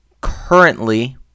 currently